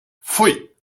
pfui